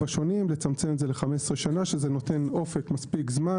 השונים לצמצם את זה ל-15 שנה שזה נותן אופק מספיק זמן